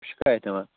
شِکایَت یِوان